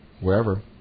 wherever